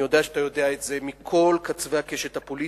אני יודע שאתה יודע את זה מכל קצווי הקשת הפוליטית,